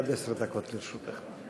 עד עשר דקות לרשותך.